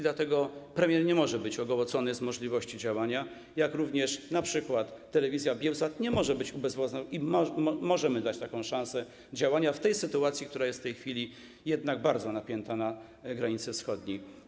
Dlatego premier nie może być ogołocony z możliwości działania, jak również np. telewizja Biełsat nie może być ubezwłasnowolniona i możemy dać taką szansę działania w tej sytuacji, która jest jednak w tej chwili bardzo napięta na granicy wschodniej.